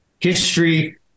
history